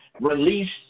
release